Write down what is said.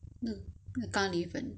那咖喱粉